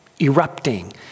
erupting